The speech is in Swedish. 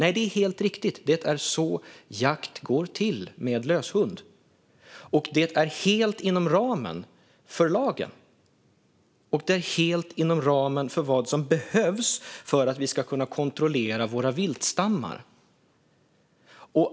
Nej, det är helt riktigt; det är så jakt med lös hund går till. Det är helt inom ramen för lagen, och det är helt inom ramen för vad som behövs för att vi ska kunna kontrollera våra viltstammar.